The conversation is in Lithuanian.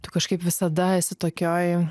tu kažkaip visada esi tokioj